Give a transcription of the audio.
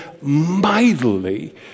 mightily